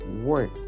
work